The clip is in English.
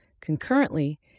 Concurrently